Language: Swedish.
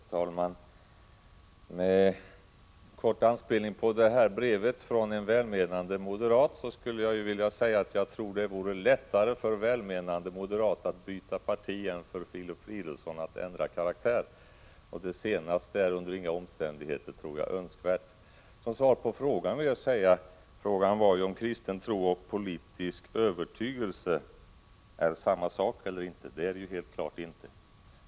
Herr talman! Med kort anspelning på brevet från en välmenande moderat tror jag att det vore lättare för välmenande moderat att byta parti än för Filip Fridolfsson att ändra karaktär, och det senaste är under inga omständigheter önskvärt. Frågan var om kristen tro och politisk övertygelse är samma sak. På det vill jag svara att det är helt klart att det inte är så.